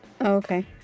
Okay